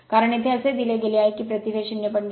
कारण येथे असे दिले गेले आहे की प्रति फेज 0